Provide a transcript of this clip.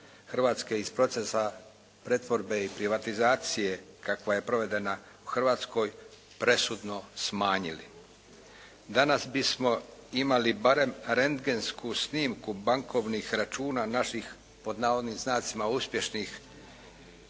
Hrvatske iz procesa pretvorbe i privatizacije kakva je provedena u Hrvatskoj presudno smanjili. Danas bismo imali barem rendgensku snimku bankovnih računa naših, pod navodnim znacima "uspješnih